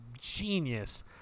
genius